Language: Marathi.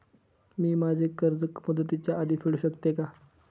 मी माझे कर्ज मुदतीच्या आधी फेडू शकते का?